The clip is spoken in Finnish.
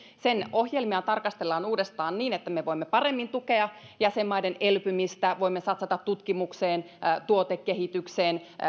ohjelmia tarkastellaan uudestaan niin että me voimme paremmin tukea jäsenmaiden elpymistä voimme satsata tutkimukseen tuotekehitykseen